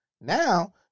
Now